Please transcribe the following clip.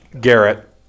Garrett